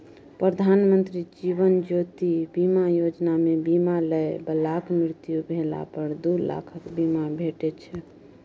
प्रधानमंत्री जीबन ज्योति बीमा योजना मे बीमा लय बलाक मृत्यु भेला पर दु लाखक बीमा भेटै छै